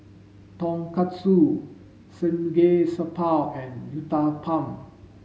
Tonkatsu Samgeyopsal and Uthapam